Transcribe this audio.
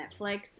Netflix